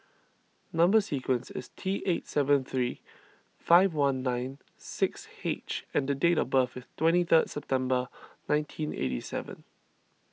Number Sequence is T eight seven three five one nine six H and date of birth is twenty third September nineteen eighty seven